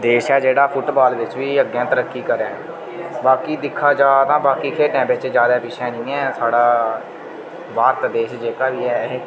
देश ऐ जेह्ड़ा फुटबाल बिच्च बी अग्गें तरक्की करै बाकी दिक्खा जा तां बाकी खेढें बिच्च ज्यादा पिच्छें नी ऐ साढ़ा भारत देश जेह्का बी एह् ऐ